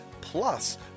plus